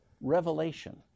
revelation